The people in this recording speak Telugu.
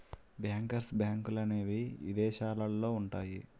బ్యాంకర్స్ బ్యాంకులనేవి ఇదేశాలల్లో ఉంటయ్యి